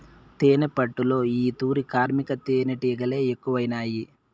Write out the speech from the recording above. తేనెపట్టులో ఈ తూరి కార్మిక తేనీటిగలె ఎక్కువైనాయి